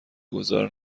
گذار